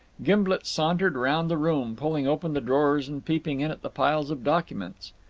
gimblet sauntered round the room, pulling open the drawers and peeping in at the piles of documents.